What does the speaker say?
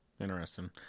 interesting